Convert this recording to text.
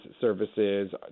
services